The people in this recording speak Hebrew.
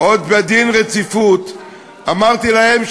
עוד בדיון על הרציפות אמרתי להם,